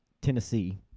Tennessee